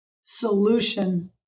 solution